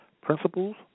principles